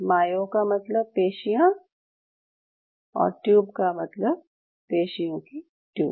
मायो का मतलब पेशियाँ और ट्यूब का मतलब पेशियों की ट्यूब